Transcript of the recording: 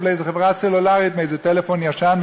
לאיזה חברה סלולרית על איזה טלפון ישן,